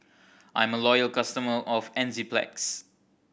I'm a loyal customer of Enzyplex